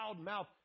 loudmouth